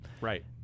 Right